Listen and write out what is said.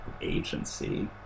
agency